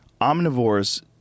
Omnivores